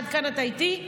עד כאן אתה איתי?